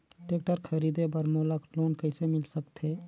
Tractor खरीदे बर मोला लोन कइसे मिल सकथे?